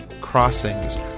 crossings